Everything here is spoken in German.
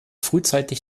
frühzeitig